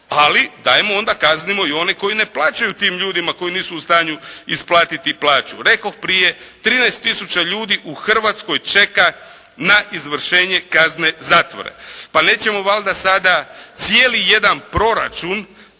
ali dajmo onda kaznimo i one koje ne plaćaju tim ljudima koji nisu u stanju isplatiti plaću. Rekoh, prije 13 tisuća ljudi u Hrvatskoj čeka na izvršenje kazne zatvora. Pa nećemo valjda sada cijeli jedan proračun